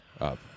up